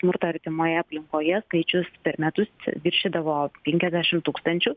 smurtą artimoje aplinkoje skaičius per metus viršydavo penkiasdešim tūkstančių